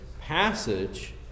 passage